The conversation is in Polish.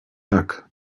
tak